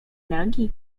nogi